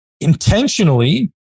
intentionally